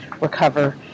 recover